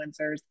influencers